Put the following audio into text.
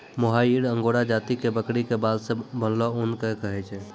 मोहायिर Angora जाति के बकरी के बाल सॅ बनलो ऊन कॅ कहै छै